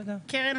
קרן,